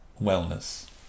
wellness